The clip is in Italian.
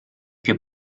più